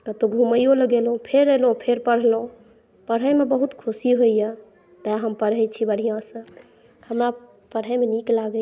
कतौ घुमैयो लए गेलहुॅं फेर एलहुॅं फेर पढलहुॅं पढैमे बहुत खुशी होइए तैं हम पढै छी बढ़िऑंसँ हमरा पढैमे नीक लागै